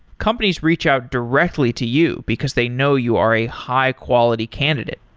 companies reach out directly to you, because they know you are a high-quality candidate.